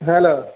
hello